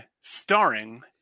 starring